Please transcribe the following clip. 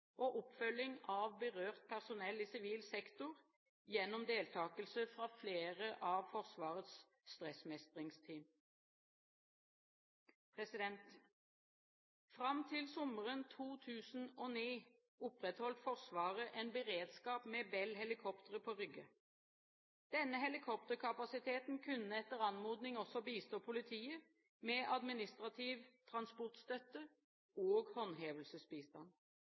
og oppfølging av berørt personell i sivil sektor gjennom deltakelse fra flere av Forsvarets stressmestringsteam. Fram til sommeren 2009 opprettholdt Forsvaret en beredskap med Bell-helikoptre på Rygge. Denne helikopterkapasiteten kunne etter anmodning også bistå politiet med administrativ transportstøtte og håndhevelsesbistand.